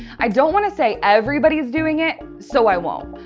i don't want to say everybody's doing it, so i won't.